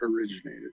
originated